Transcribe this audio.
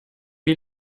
wie